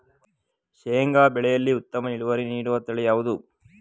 ಶೇಂಗಾ ಬೆಳೆಯಲ್ಲಿ ಉತ್ತಮ ಇಳುವರಿ ನೀಡುವ ತಳಿ ಯಾವುದು?